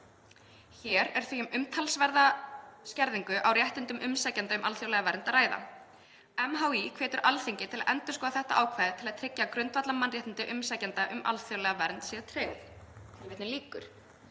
Hér er því um umtalsverða skerðingu á réttindum umsækjenda um alþjóðlega vernd að ræða. MHÍ hvetur Alþingi til að endurskoða þetta ákvæði til að tryggja að grundvallarmannréttindi umsækjenda um alþjóðlega vernd séu tryggð.“ Virðulegi